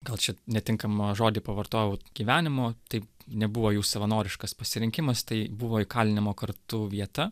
gal čia netinkamą žodį pavartojau gyvenimo tai nebuvo jų savanoriškas pasirinkimas tai buvo įkalinimo kartu vieta